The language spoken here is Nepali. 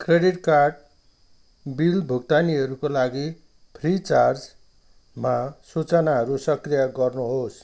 क्रेडिट कार्ड बिल भुक्तानीहरूको लागि फ्रिचार्जमा सूचनाहरू सक्रिय गर्नुहोस्